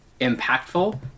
impactful